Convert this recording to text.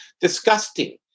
disgusting